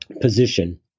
position